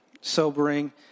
sobering